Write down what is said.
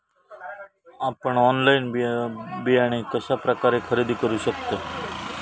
आपन ऑनलाइन बियाणे कश्या प्रकारे खरेदी करू शकतय?